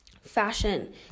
fashion